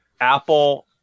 Apple